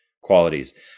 qualities